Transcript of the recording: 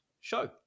show